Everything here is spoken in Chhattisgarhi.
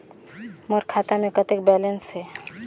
मोर खाता मे कतेक बैलेंस हे?